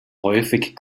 häufig